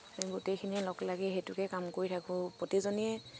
সেই গোটেইখিনিয়ে লগ লাগি সেইটোকে কাম কৰি থাকো প্ৰতিজনীয়ে